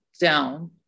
down